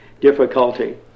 difficulty